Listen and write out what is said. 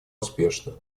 успешно